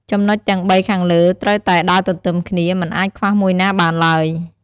ចំណុចទាំងបីខាងលើត្រូវតែដើរទន្ទឹមគ្នា មិនអាចខ្វះមួយណាបានឡើយ។